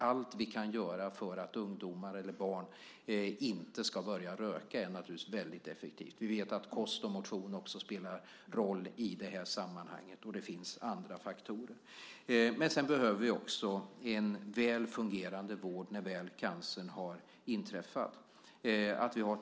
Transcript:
Allt vi kan göra för att ungdomar eller barn inte ska börja röka är naturligtvis väldigt effektivt. Vi vet att kost och motion också spelar roll i det här sammanhanget, och det finns andra faktorer. Men sedan behöver vi också en väl fungerande vård när väl cancern har inträffat.